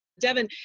devin,